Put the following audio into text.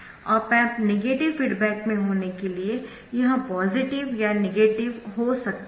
op amp negative feedback में होने के लिए यह पॉजिटिव या नेगेटिव हो सकता है